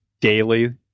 daily